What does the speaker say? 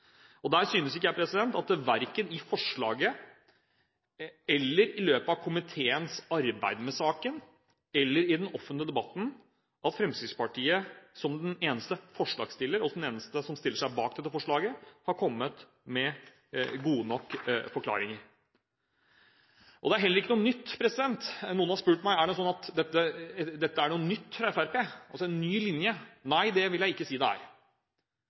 Der synes ikke jeg – verken i forslaget eller i løpet av komiteens arbeid med saken eller i den offentlige debatten – at Fremskrittspartiet, som den eneste forslagsstiller, og som den eneste som stiller seg bak dette forslaget, har kommet med gode nok forklaringer. Noen har spurt meg, er det sånn at dette er noe nytt fra Fremskrittspartiet, altså en ny linje? Nei, det vil jeg ikke si det er.